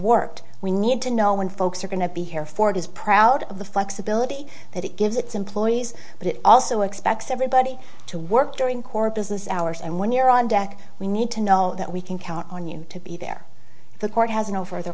worked we need to know when folks are going to be here for it is proud of the flexibility that it gives its employees but it also expects everybody to work during core business hours and when you're on deck we need to know that we can count on you to be there the court has no further